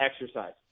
exercise